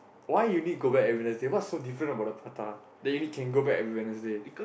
why you need go back every Wednesday what's so different about the prata that you need you can only go back every Wednesday